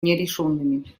нерешенными